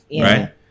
right